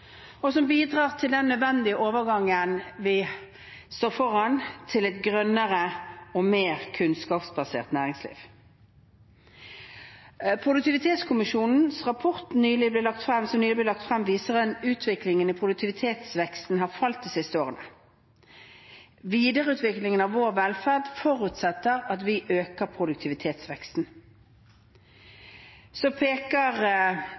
og som bidrar til den nødvendige overgangen vi står foran – til et grønnere og mer kunnskapsbasert næringsliv. Produktivitetskommisjonens rapport som nylig ble lagt frem, viser en utvikling hvor produktivitetsveksten har falt de siste årene. Videreutviklingen av vår velferd forutsetter at vi øker produktivitetsveksten. Trine Skei Grande peker